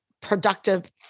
productive